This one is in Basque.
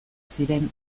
ziren